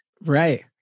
Right